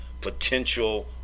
potential